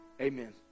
Amen